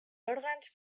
òrgans